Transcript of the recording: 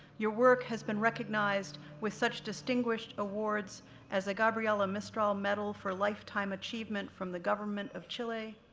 your work has been recognized with such distinguished awards as the gabriela mistral medal for lifetime achievement from the government of chile,